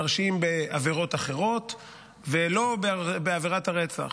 מרשיעים בעבירות אחרות ולא בעבירת הרצח,